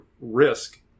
risk